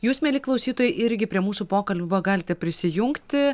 jūs mieli klausytojai irgi prie mūsų pokalbio galite prisijungti